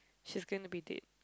she is going to be dead